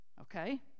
Okay